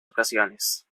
ocasiones